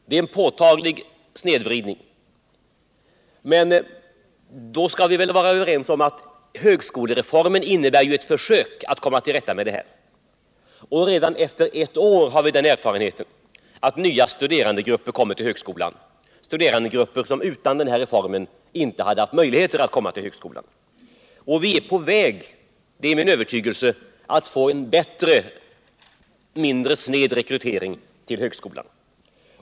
En påtaglig snedvridning kan konstateras, men vi kan väl vara överens om att högskolereformen innebär eu försök att komma till rätta med den. Redan efter ett år har vi den erfarenheten att nya studerandegrupper kommer till högskolan, studerandegrupper som inte skulle ha haft möjlighet att komma till högskolan utan denna reform. Vi är på väg, det är min övertygelse, att få en bättre och mindre sned rekrytering till högskolan.